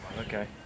Okay